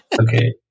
Okay